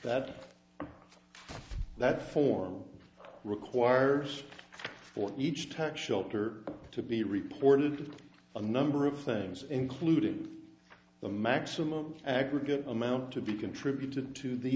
that that form requires for each track shopper to be reported to a number of things including the maximum aggregate amount to be contributed to the